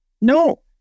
No